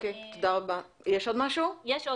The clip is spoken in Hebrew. קיבלנו גם